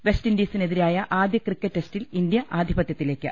വെസ്റ്റിൻഡീസിനെതിരായ ആദ്യ ക്രിക്കറ്റ് ടെസ്റ്റിൽ ഇന്ത്യ ആധിപത്യത്തിലേക്ക്